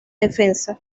defensa